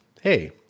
hey